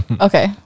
okay